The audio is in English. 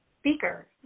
speaker